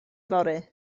fory